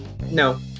No